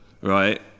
right